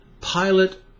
pilot